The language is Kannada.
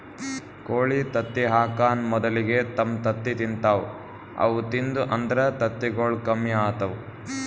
ಕೋಳಿ ತತ್ತಿ ಹಾಕಾನ್ ಮೊದಲಿಗೆ ತಮ್ ತತ್ತಿ ತಿಂತಾವ್ ಅವು ತಿಂದು ಅಂದ್ರ ತತ್ತಿಗೊಳ್ ಕಮ್ಮಿ ಆತವ್